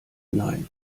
nein